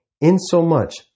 insomuch